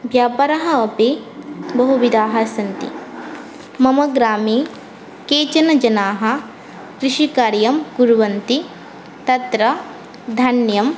व्यापारः अपि बहुविधाः सन्ति मम ग्रामे केचन जनाः कृषिकार्यं कुर्वन्ति तत्र धान्यं